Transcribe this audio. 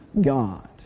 God